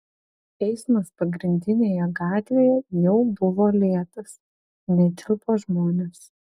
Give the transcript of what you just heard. eismas pagrindinėje gatvėje jau buvo lėtas netilpo žmonės